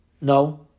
No